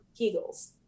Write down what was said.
kegels